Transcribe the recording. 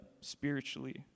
spiritually